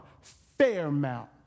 Fairmount